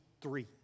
three